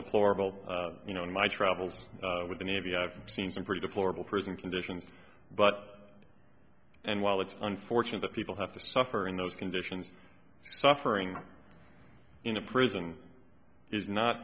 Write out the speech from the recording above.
deplorable you know in my travels with the navy i've seen some pretty deplorable prison conditions but and while it's unfortunate that people have to suffer in those conditions suffering in a prison is not